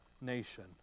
nation